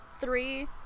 three